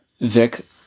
Vic